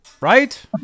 right